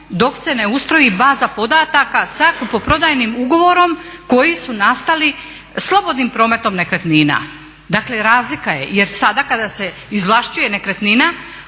dok se ne ustroji baza podataka sa kupoprodajnim ugovorom koji su nastali slobodnim prometom nekretnina. Dakle, razlika je, jer sada kada se izvlašćuje nekretnina